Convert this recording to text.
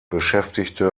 beschäftigte